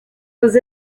was